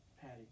Patty